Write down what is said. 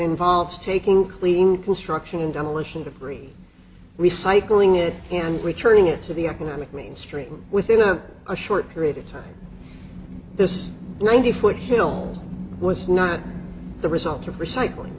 involves taking cleaning construction and demolition debris recycling it and returning it to the economic means stream within a short period of time this ninety foot hill was not the result of recycling